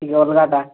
ନୂଆ ଲୁଗାଟା